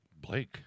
Blake